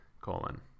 colon